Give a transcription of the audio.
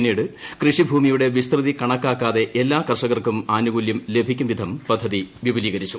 പിന്നീട് ക്ട്ര്ഷ്ടിഭൂമിയുടെ വിസ്തൃതി കണക്കാക്കാതെ എല്ലാ കർഷകർക്കും ആ്നുകൂല്യം ലഭിക്കുംവിധം പദ്ധതി വിപുലീകരിച്ചു